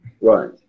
Right